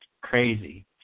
crazy